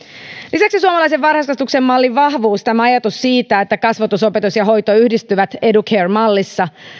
lisäksi suomalaisen varhaiskasvatuksen mallin vahvuus tämä ajatus siitä että kasvatus opetus ja hoito yhdistyvät educare mallissa